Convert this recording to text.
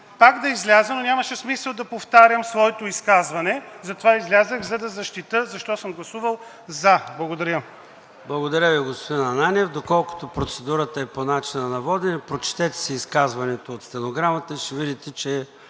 пак да изляза, но нямаше смисъл да повтарям своето изказване, затова излязох, за да защитя защо съм гласувал за. Благодаря. ПРЕДСЕДАТЕЛ ЙОРДАН ЦОНЕВ: Благодаря Ви, господин Ананиев. Доколкото процедурата е по начина на водене – прочетете си изказването от стенограмата и вижте, че е